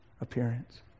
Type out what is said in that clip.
appearance